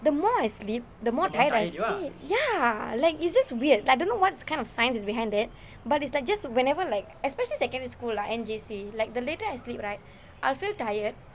the more I sleep the more tired I feel ya like it's just weird I don't know what kind of science is behind that but it's like just whenever like especially secondary school lah and J_C like the later I sleep right I'll feel tired